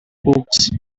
books